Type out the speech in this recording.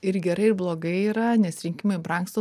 ir gerai ir blogai yra nes rinkimai brangsta